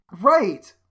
Right